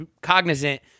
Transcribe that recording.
cognizant